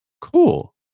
cool